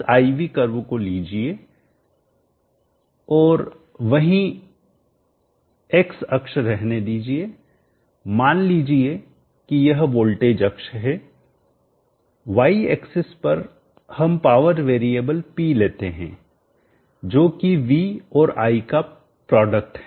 इस I V curve को लीजिए और वहीं एक्स अक्ष रहने दीजिए मान लीजिए कि यह वोल्टेज अक्ष है y axis पर हम पावर वेरिएबल P लेते हैं जो कि v और i का प्रोडक्ट है